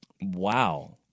Wow